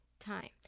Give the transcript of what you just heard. time